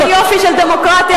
אל תדאגי.